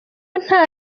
nta